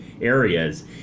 areas